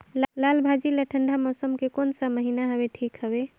लालभाजी ला ठंडा मौसम के कोन सा महीन हवे ठीक हवे?